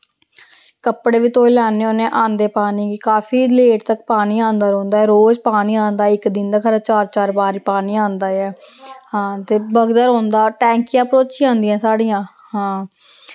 कपड़े बी धोई लैने होन्ने आं आंह्दे पानी कि काफी लेट तक पानी आंदा रौंह्दा रोज पानी आंदा इक दिन दा खरै चार चार बारी पानी आंदा ऐ हां ते बगदा रौंह्दा टैंकियां भरोची जन्दियां साढ़ियां हां